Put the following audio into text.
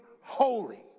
holy